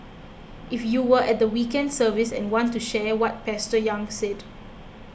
if you were at the weekend service and want to share what Pastor Yang said